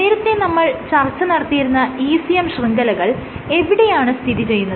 നേരത്തെ നമ്മൾ ചർച്ച നടത്തിയിരുന്ന ECM ശൃംഖലകൾ എവിടെയാണ് സ്ഥിതിചെയ്യുന്നത്